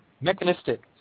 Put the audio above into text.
mechanistic